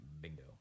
Bingo